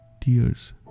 Tears